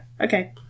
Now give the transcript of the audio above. Okay